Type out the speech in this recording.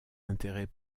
intérêt